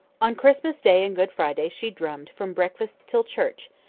on christmas day and good friday she drummed from breakfast till church,